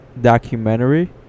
documentary